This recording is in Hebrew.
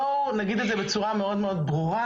בואו נגיד את זה בצורה מאוד ברורה,